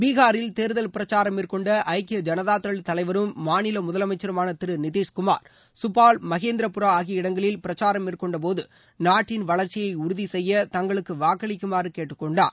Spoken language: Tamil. பீகாரில் தேர்தல் பிரச்சாரம் மேற்கொண்ட ஐக்கிய ஜனதாதள் தலைவரும் மாநில முதலமைச்சருமான திரு நிதிஷ் குமார் சுப்பால் மகேந்திரபுரா ஆகிய இடங்களில் பிரச்சாரம் மேற்கொண்ட போது நாட்டின் வளர்ச்சியை உறுதிசெய்ய தங்களுக்கு வாக்களிக்குமாறு கேட்டுக் கொண்டார்